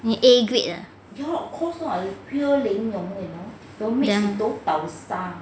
你 A grade ah ya